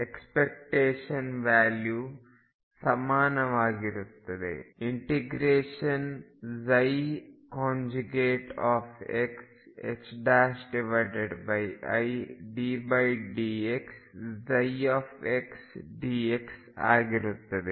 expectation value ಸಾಮಾನ್ಯವಾಗಿ ∫iddxψ dx ಆಗಿರುತ್ತದೆ